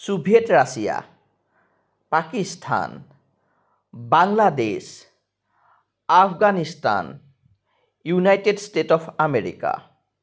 Soviet Russia Pakistan Bangladesh Afghanistan United State of America